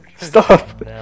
Stop